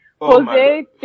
Jose